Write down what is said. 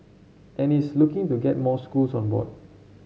and it's looking to get more schools on board